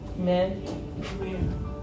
Amen